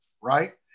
right